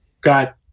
got